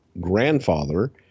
grandfather